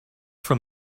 from